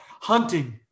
hunting